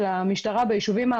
המשטרה.